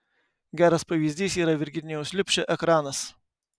geras pavyzdys yra virginijaus liubšio ekranas